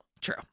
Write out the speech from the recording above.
True